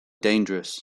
dangerous